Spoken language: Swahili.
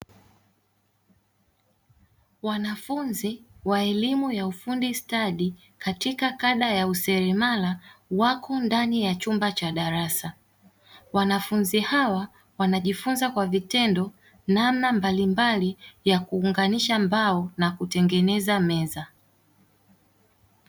Wanafunzi wa elimu ya ufundi stadi katika kada ya useremala wako ndani ya chumba cha darasa, wanafunzi hawa wanajifunza kwa vitendo namna mbalimbali ya kuunganisha mbao na kutengeneza meza.